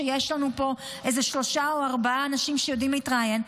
כשיש לנו פה איזה שלושה או ארבעה אנשים שיודעים להתראיין.